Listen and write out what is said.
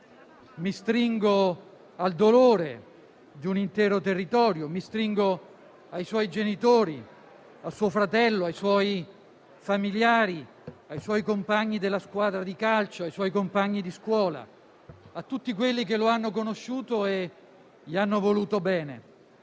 Mi stringo al dolore di un intero territorio, mi stringo ai suoi genitori, a suo fratello, ai suoi familiari, ai suoi compagni della squadra di calcio, ai suoi compagni di scuola, a tutti coloro che lo hanno conosciuto e che gli hanno voluto bene.